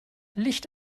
licht